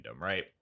right